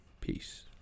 Peace